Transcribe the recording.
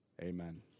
Amen